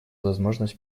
возможность